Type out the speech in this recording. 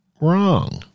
Wrong